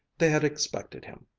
they had expected him.